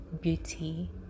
beauty